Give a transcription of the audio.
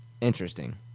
interesting